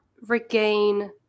regain